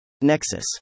Nexus